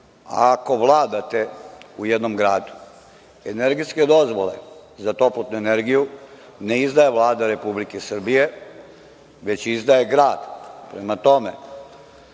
ako vladate u jednom gradu. Energetske dozvole za toplotnu energiju ne izdaje Vlada Republike Srbije, već izdaje grad. Prema tome,